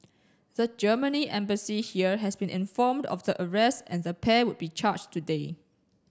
the Germany Embassy here has been informed of the arrests and the pair would be charged today